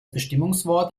bestimmungswort